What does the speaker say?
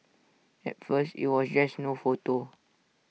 at first IT was just no photos